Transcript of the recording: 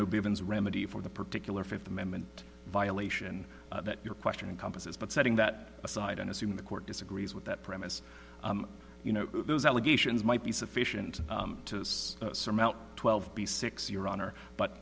bivins remedy for the particular fifth amendment violation that your question encompasses but setting that aside and assuming the court disagrees with that premise you know those allegations might be sufficient to surmount twelve b six your honor but